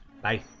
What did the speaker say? Bye